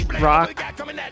rock